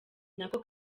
nako